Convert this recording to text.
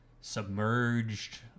submerged